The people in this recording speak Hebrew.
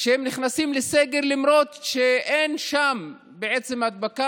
שהם נכנסים לסגר למרות שאין שם הדבקה,